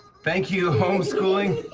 thank you, homeschooling.